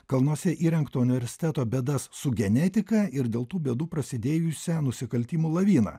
kalnuose įrengto universiteto bėdas su genetika ir dėl tų bėdų prasidėjusią nusikaltimų laviną